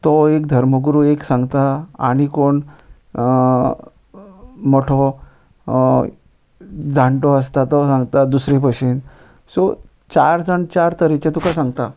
तो एक धर्मगुरू एक सांगता आनी कोण मोठो जाणटो आसता तो सांगता दुसरे भशेन सो चार जाण चार तरेचे तुका सांगता